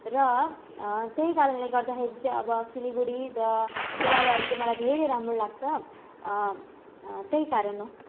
र त्यही कारणले गर्दाखेरि चाहिँ अब सिलगढी र कोलाबारी चाहिँ मलाई धेरै राम्रो लाग्छ त्यही कारण हो